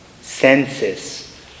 senses